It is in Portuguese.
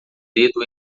dedo